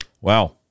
Wow